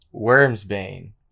Wormsbane